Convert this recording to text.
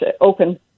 open